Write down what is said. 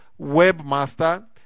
webmaster